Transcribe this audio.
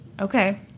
Okay